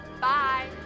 Bye